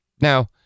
Now